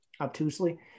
obtusely